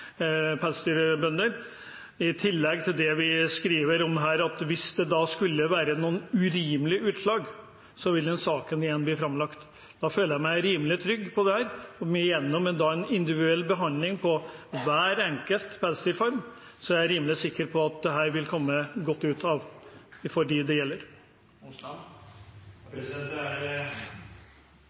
pelsdyrbønder. I tillegg skriver vi at hvis det skulle være noen urimelige utslag, vil saken igjen bli framlagt. Derfor føler jeg meg rimelig trygg på dette. Og gjennom en individuell behandling for hver enkelt pelsdyrfarm, er jeg rimelig sikker på at de det gjelder, vil komme godt ut av dette. Jeg tror ikke det er